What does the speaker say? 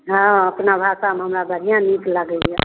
हँ अपना भाषामे हमरा बढ़िआँ गीत लागैया